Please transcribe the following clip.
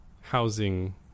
housing